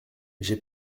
j’ai